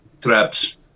traps